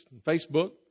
Facebook